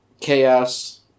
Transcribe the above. chaos